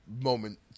moment